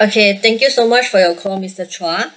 okay thank you so much for your call mister chua